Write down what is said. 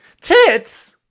Tits